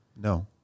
No